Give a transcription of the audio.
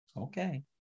okay